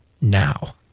now